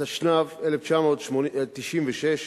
התשנ"ו 1996,